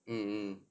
mm mm